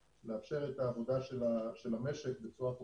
אני לא רוצה להעלות תהיות לגבי סיבת הסירוב אבל אני